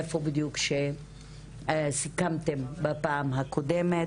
איפה שסיכמתם את הדיון בפעם הקודמת.